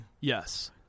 Yes